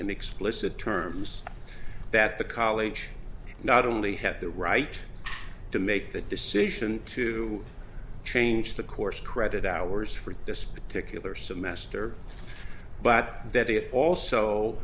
the explicit terms that the college not only had the right to make the decision to change the course credit hours for this particular semester but that it also